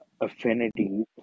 affinity